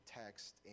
text